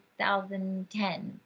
2010